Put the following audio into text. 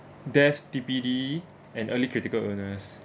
deaths T_P_D and early critical illness